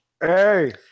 Hey